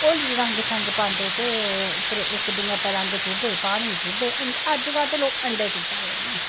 होली रंग शंग पांदे न ते इक दूऐ रंग सुट्टदे पांदे पानी सुट्टदे अज्ज कल ते लोक अण्डे सुट्टा दे न